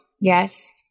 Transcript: Yes